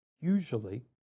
Usually